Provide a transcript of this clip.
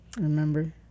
remember